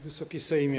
Wysoki Sejmie!